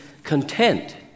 Content